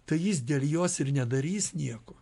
tai jis dėl jos ir nedarys nieko